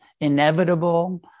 inevitable